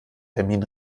termin